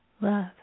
love